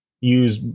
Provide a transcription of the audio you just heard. use